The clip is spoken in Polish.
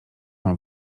mam